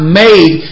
made